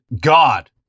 God